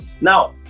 Now